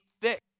thick